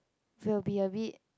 will be a bit